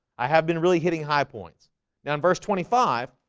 i have been really hitting high points now in verse twenty five